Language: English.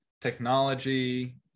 technology